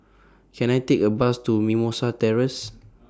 Can I Take A Bus to Mimosa Terrace